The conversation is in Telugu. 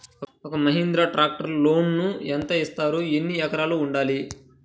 ఒక్క మహీంద్రా ట్రాక్టర్కి లోనును యెంత ఇస్తారు? ఎన్ని ఎకరాలు ఉండాలి?